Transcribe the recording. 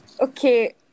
okay